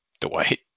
Dwight